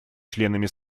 членами